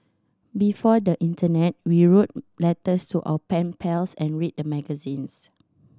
before the internet we wrote letters to our pen pals and read magazines